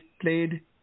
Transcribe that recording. played